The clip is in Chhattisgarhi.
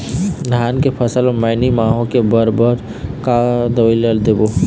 धान के फसल म मैनी माहो के बर बर का का दवई ला देबो?